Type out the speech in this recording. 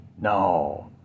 no